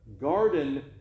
garden